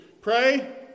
Pray